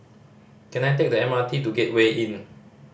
can I take the M R T to Gateway Inn